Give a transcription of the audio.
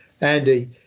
Andy